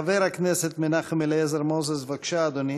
חבר הכנסת מנחם אליעזר מוזס, בבקשה, אדוני.